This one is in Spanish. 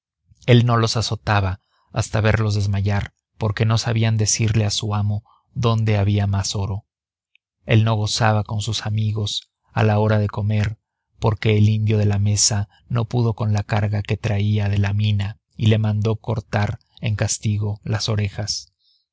él no los azotaba hasta verlos desmayar porque no sabían decirle a su amo donde había más oro él no se gozaba con sus amigos a la hora de comer porque el indio de la mesa no pudo con la carga que traía de la mina y le mandó cortar en castigo las orejas